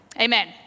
Amen